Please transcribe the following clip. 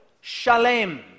shalem